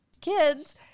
kids